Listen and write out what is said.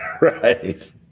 right